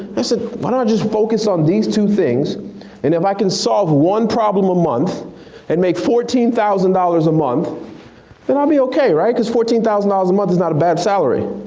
i said why don't i just focus on these two things and if i can solve one problem a month and make fourteen thousand dollars a month then i'll be okay, right? cause fourteen thousand dollars a and month is not a bad salary.